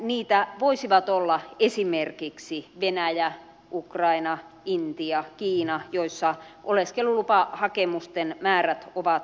niitä voisivat olla esimerkiksi venäjä ukraina intia kiina joissa oleskelulupahakemusten määrät ovat suhteellisen suuret